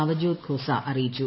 നവജ്യോത് ഖോസ അറിയിച്ചു